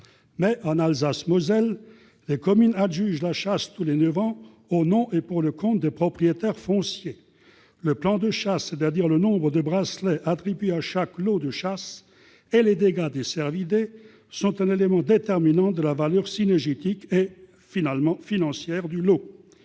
en Alsace-Moselle, les communes adjugent la chasse tous les ans « au nom et pour le compte des propriétaires fonciers ». Le plan de chasse, c'est-à-dire le nombre de bracelets attribués à chaque lot de chasse et les dégâts des cervidés sont un élément déterminant de la valeur cynégétique et, finalement,